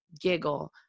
giggle